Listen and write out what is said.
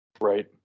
right